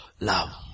love